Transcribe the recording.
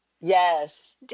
Yes